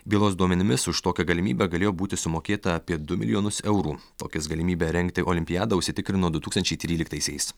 bylos duomenimis už tokią galimybę galėjo būti sumokėta apie du milijonus eurų tokijas galimybę rengti olimpiadą užsitikrino du tūkstančiai tryliktaisiais